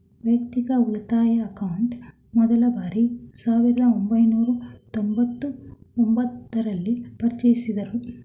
ವೈಯಕ್ತಿಕ ಉಳಿತಾಯ ಅಕೌಂಟ್ ಮೊದ್ಲ ಬಾರಿಗೆ ಸಾವಿರದ ಒಂಬೈನೂರ ತೊಂಬತ್ತು ಒಂಬತ್ತು ರಲ್ಲಿ ಪರಿಚಯಿಸಿದ್ದ್ರು